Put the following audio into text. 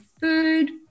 food